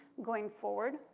going forward.